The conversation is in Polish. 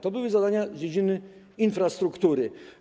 To były zadania z dziedziny infrastruktury.